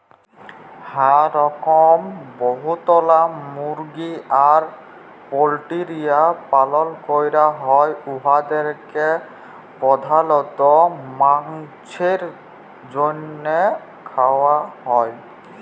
হাঁ রকম বহুতলা মুরগি আর পল্টিরির পালল ক্যরা হ্যয় উয়াদেরকে পর্ধালত মাংছের জ্যনহে খাউয়া হ্যয়